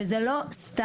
וזה לא סתם,